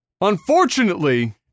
Unfortunately